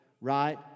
right